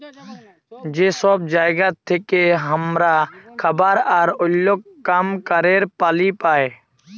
যে সব জায়গা থেক্যে হামরা খাবার আর ওল্য কাম ক্যরের পালি পাই